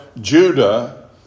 Judah